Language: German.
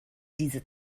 diese